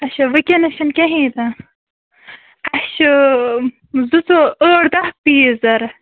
اَچھا وُنکٮ۪نَس چھُنہٕ کِہیٖنٛۍ تہِ نہٕ اَسہِ چھِ زٕ ژور ٲٹھ دَہ پیٖس ضروٗرت